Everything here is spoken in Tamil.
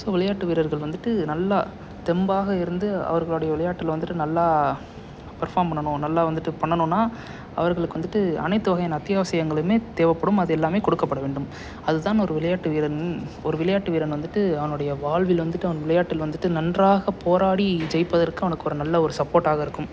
ஸோ விளையாட்டு வீரர்கள் வந்துட்டு நல்லா தெம்பாக இருந்து அவர்களுடைய விளையாட்டில் வந்துட்டு நல்லா பர்ஃபார்ம் பண்ணணும் நல்லா வந்துட்டு பண்ணணுன்னால் அவர்களுக்கு வந்துட்டு அனைத்து வகையான அத்தியாவசியங்களுமே தேவைப்படும் அது எல்லாமே கொடுக்கப்பட வேண்டும் அதுதான் ஒரு விளையாட்டு வீரன் ஒரு விளையாட்டு வீரன் வந்துட்டு அவனுடைய வாழ்வில் வந்துட்டு அவன் விளையாட்டில் வந்துட்டு நன்றாக போராடி ஜெயிப்பதற்கு அவனுக்கு ஒரு நல்ல ஒரு சப்போர்ட்டாக இருக்கும்